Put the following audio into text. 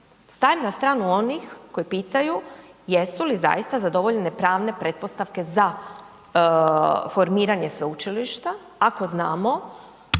stajem na stranu onih koji pitaju jesu li zaista zadovoljene pravne pretpostavke za formiranje sveučilišta, ako znamo